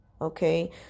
okay